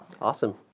awesome